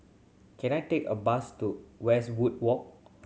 can I take a bus to Westwood Walk